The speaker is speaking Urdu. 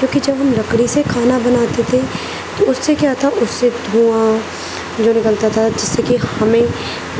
کیوںکہ جب ہم لکڑی سے کھانا بناتے تھے تو اس سے کیا تھا کہ اس سے دھواں جو نکلتا تھا اور جس سے کہ ہمیں